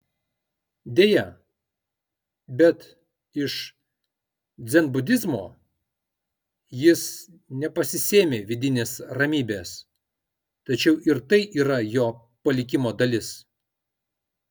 deja bet iš dzenbudizmo jis nepasisėmė vidinės ramybės tačiau ir tai yra jo palikimo dalis